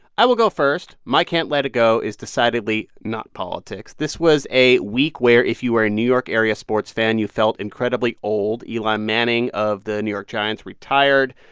i will go first. my can't let it go is decidedly not politics. this was a week where if you were a new york-area sports fan, you felt incredibly old. eli manning of the new york giants retired.